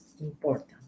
important